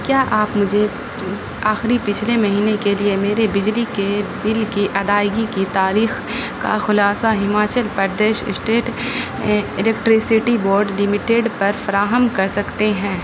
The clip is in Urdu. کیا آپ مجھے آخری پچھلے مہینے کے لیے میرے بجلی کے بل کی ادائیگی کی تاریخ کا خلاصہ Himachal Pradesh state electricity board limited پر فراہم کر سکتے ہیں